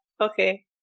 Okay